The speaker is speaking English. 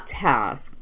task